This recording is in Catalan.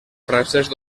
francesc